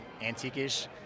antique-ish